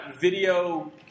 video